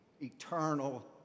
eternal